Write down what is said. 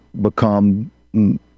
become